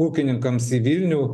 ūkininkams į vilnių